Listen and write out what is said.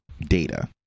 data